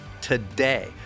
today